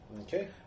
Okay